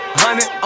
hundred